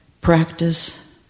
practice